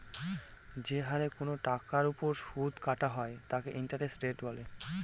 যে হারে কোনো টাকার ওপর সুদ কাটা হয় তাকে ইন্টারেস্ট রেট বলে